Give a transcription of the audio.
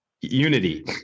unity